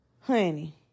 Honey